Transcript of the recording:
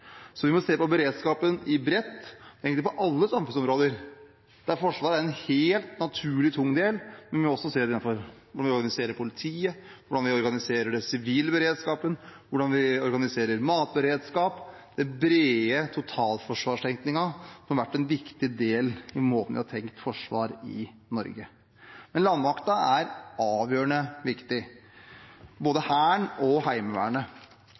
Vi må derfor se på beredskapen bredt, egentlig på alle samfunnsområder der Forsvaret er en helt naturlig tung del, men vi må også se på hvordan vi organiserer politiet, hvordan vi organiserer den sivile beredskapen, hvordan vi organiserer matberedskapen – den brede totalforsvarstenkningen, som har vært en viktig del av måten vi har tenkt forsvar på i Norge. Landmakten er avgjørende viktig, både Hæren og Heimevernet.